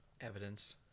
Evidence